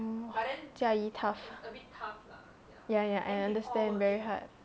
mm jia yi tough ya ya I understand very hard